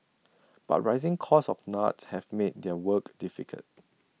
but rising costs of nuts have made their work difficult